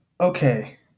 Okay